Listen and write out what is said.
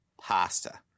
pasta